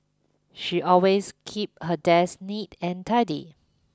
she always keeps her desk neat and tidy